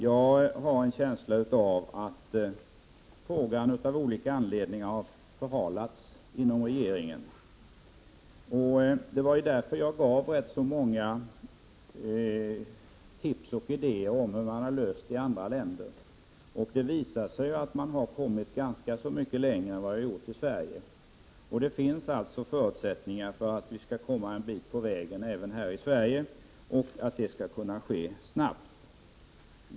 Jag har en känsla av att frågan av olika anledningar har förhalats inom regeringen. Det är därför jag gav rätt så många tips och idéer om hur man har löst frågan i andra länder. Det visar sig att man har kommit ganska så mycket längre i andra länder än vad vi har gjort i Sverige. Det finns förutsättningar att vi också skall komma en bit på vägen i Sverige och att det skall kunna ske snabbt.